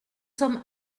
sommes